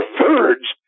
thirds